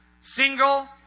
single